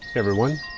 everyone,